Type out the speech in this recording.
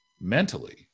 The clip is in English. mentally